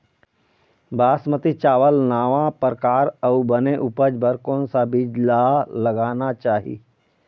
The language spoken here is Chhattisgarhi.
बासमती चावल नावा परकार अऊ बने उपज बर कोन सा बीज ला लगाना चाही?